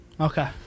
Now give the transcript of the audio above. Okay